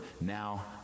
Now